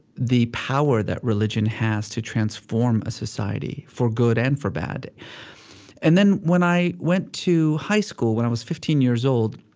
the power that religion has to transform a society, for good and for bad and then when i went to high school, when i was fifteen years old,